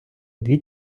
дві